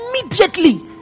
immediately